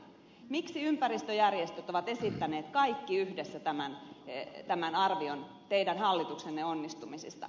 miksi ympäristöjärjestöt ovat esittäneet kaikki yhdessä tämän arvion teidän hallituksenne onnistumisista